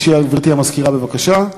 גברתי המזכירה, בבקשה.